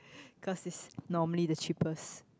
cause it's normally the cheapest